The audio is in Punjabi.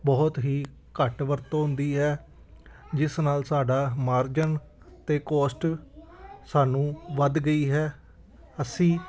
ਬਹੁਤ ਹੀ ਘੱਟ ਵਰਤੋਂ ਹੁੰਦੀ ਹੈ ਜਿਸ ਨਾਲ ਸਾਡਾ ਮਾਰਜਨ ਅਤੇ ਕੋਸਟ ਸਾਨੂੰ ਵੱਧ ਗਈ ਹੈ ਅਸੀਂ